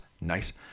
Nice